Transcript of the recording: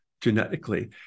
genetically